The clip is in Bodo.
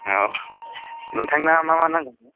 औ नोंथांना मा मा नांगौमोन